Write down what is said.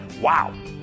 wow